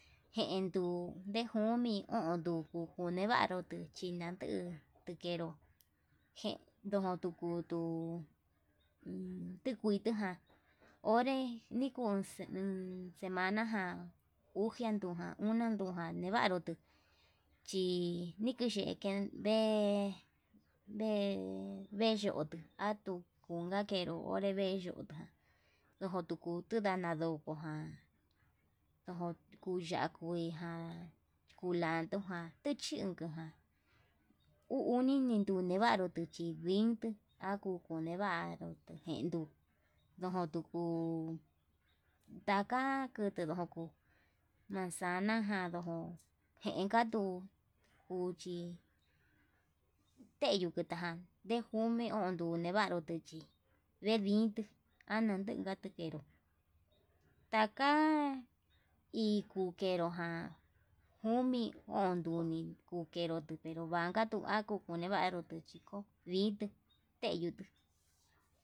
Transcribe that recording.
Jenduu ndejumi onduku kuneró chí naduu ndukenró, jen nduku tukutu ummm tikuiti ján onre nikun semana ján uxian ndujan unan ndujan nevanro tuu, chi nikuxheten vee ñee vexioto atuu unka kenro onré vee yutu ndojo tuku tuu nanadó tuján ndojo kuu ya'á kuiján kulandujan tichinge ján uu uni tuu chinevaru chí, vikuu akuku nevaru tujenu ndojón tuku ndaka kute nduku manzana jan tenka tuu uchi teyuu kutaján, ndejuni konevaru tuchí ndeñindu anakunka tukeró taka ikukero ján jumi o'on ndoni kukenro, pero vanka tuu akunivaru kuu chiko ndite teyutu.